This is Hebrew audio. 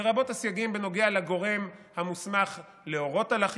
לרבות הסייגים בנוגע לגורם המוסמך להורות על החיפוש,